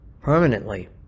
permanently